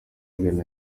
ghana